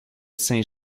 saint